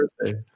birthday